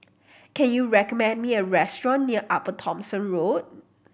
can you recommend me a restaurant near Upper Thomson Road